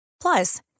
Plus